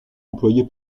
employée